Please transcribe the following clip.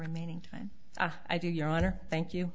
remaining time i do your honor thank you